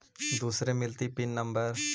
दुसरे मिलतै pin number?